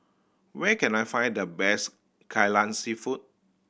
where can I find the best Kai Lan Seafood